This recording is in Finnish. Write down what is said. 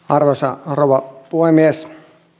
arvoisa rouva puhemies